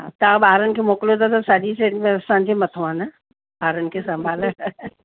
हा तां ॿारनि खे मोकिलियो था त सॼी शइ असांजे मथों आहे न ॿारनि खे संभाले